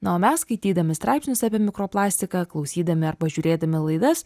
na o mes skaitydami straipsnius apie mikroplastiką klausydami arba žiūrėdami laidas